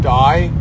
die